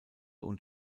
und